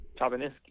Chabaniski